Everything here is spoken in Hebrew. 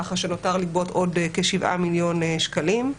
ככה שנותר לגבות עוד כשבעה מיליון שקלים.